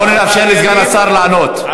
בוא נאפשר לסגן השר לענות.